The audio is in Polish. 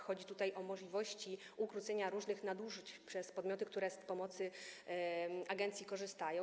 Chodzi tutaj o możliwości ukrócenia różnych nadużyć przez podmioty, które z pomocy agencji korzystają.